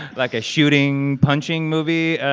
like, a shooting, punching movie